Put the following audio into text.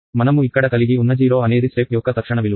మనము ఇక్కడ కలిగి ఉన్న0 అనేది స్టెప్ యొక్క తక్షణ విలువ